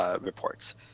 reports